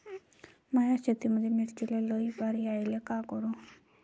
माया शेतामंदी मिर्चीले लई बार यायले का करू?